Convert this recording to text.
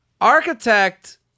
Architect